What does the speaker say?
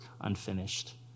unfinished